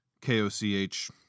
K-O-C-H